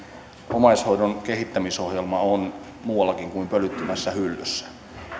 omaishoidon kehittämisohjelma on muuallakin kuin pölyttymässä hyllyssä